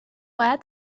باید